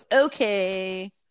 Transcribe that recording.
okay